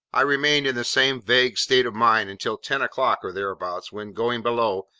i remained in the same vague state of mind until ten o'clock or thereabouts, when going below,